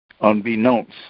unbeknownst